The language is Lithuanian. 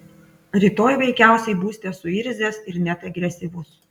rytoj veikiausiai būsite suirzęs ir net agresyvus